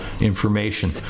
information